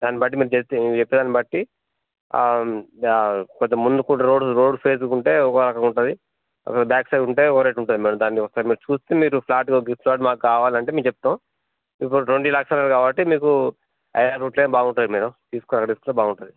దాన్ బట్టి మీర్ చెప్తే మీరు చెప్పే దాన్ని బట్టి దా కొంచెం ముందుకు రోడ్డు రోడ్ పేసుగుంటే ఒక రకంగా ఉంటది అదే బ్యాక్ సైడ్ ఉంటే ఒక రేట్ ఉంటాది దాన్ని ఒకసారి మీరు చూస్తే మీరు ఫ్లాట్ గిస్ సార్ మాక్కావాలంటే మేము చెప్తాం ఇప్పుడు మీరు ట్వంటీ ల్యాక్స్ అన్నారు కాబట్టి మీకు ఆయా రూట్లే బాగుంటాయ్ మేడం తీస్కోవాలనిపిస్తే బాగుంటది